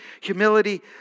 humility